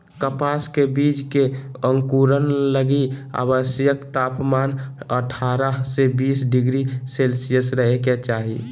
कपास के बीज के अंकुरण लगी आवश्यक तापमान अठारह से बीस डिग्री सेल्शियस रहे के चाही